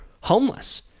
homeless